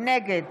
נגד